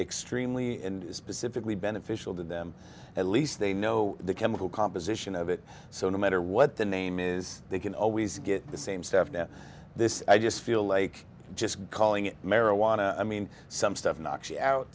extremely specifically beneficial to them at least they know the chemical composition of it so no matter what the name is they can always get the same staff now this i just feel like just calling it marijuana i mean some stuff knocks you out